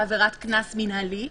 לעבירת קנס מינהלי,